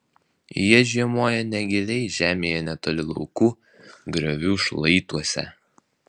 jie žiemoja negiliai žemėje netoli laukų griovių šlaituose